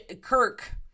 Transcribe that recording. Kirk